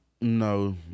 No